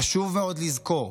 חשוב מאוד לזכור: